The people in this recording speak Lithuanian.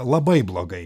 labai blogai